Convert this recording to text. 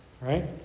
right